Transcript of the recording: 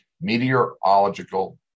meteorological